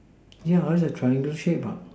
yeah just that triangular shape